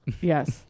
Yes